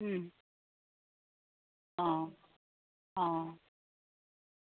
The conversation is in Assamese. অঁ অঁ